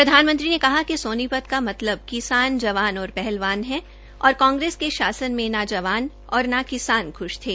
प्रधानमंत्री ने कहा कि सोनीपत का मतलब किसान जवान और पहलवान है और कांग्रेस के शासन में न जवान और न किसान ख्श थे